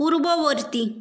পূর্ববর্তী